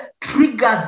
triggers